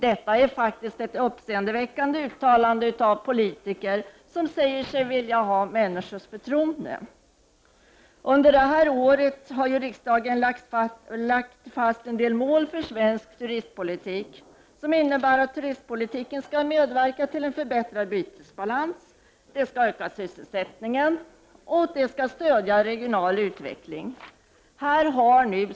Detta är faktiskt ett uppseendeväckande uttalande av politiker, som säger sig vilja ha människors förtroende. Under detta år har riksdagen lagt fast en del mål för svensk turistpolitik, vilka bl.a. innebär att turistpolitiken skall medverka till att förbättra bytesbalansen, öka sysselsättningen och stödja regional utveckling.